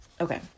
okay